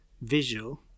visual